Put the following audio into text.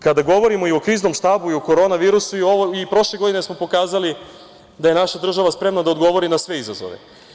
Kada govorimo i o Kriznom štabu i o Korona virusu i prošle godine smo pokazali da je naša država spremna da odgovori na sve izazove.